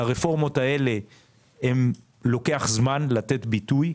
לרפורמות האלה לוקח זמן לתת ביטוי.